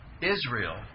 Israel